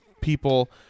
people